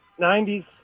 90s